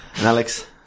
Alex